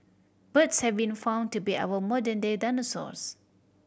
birds have been found to be our modern day dinosaurs